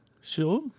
Sure